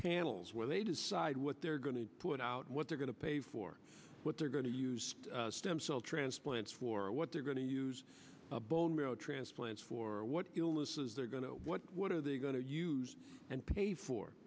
panels where they decide what they're going to put out what they're going to pay for what they're going to use stem cell transplants for what they're going to use a bone marrow transplant for what illnesses they're going to what are they going to use and pay for